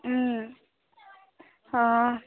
অঁ